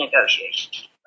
negotiations